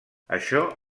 això